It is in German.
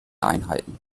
einheiten